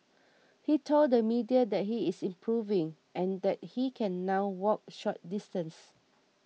he told the media that he is improving and that he can now walk short distances